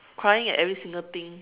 crying at every single thing